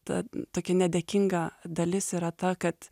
ta tokia nedėkinga dalis yra ta kad